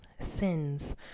sins